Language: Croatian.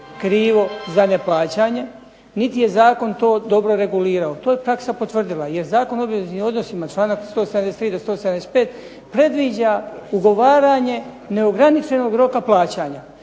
krivo za neplaćanje niti je zakon to dobro regulirao, to je praksa potvrdila jer Zakon o obveznim odnosima članak 173. do 175. predviđa ugovaranje neograničenog roka plaćanja